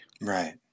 Right